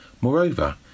Moreover